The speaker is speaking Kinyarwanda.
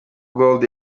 gold